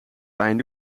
pijn